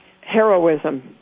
heroism